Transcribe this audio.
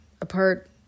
apart